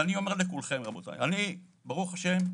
אני אומר לכולכם, רבותיי: אני, ברוך השם,